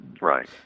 Right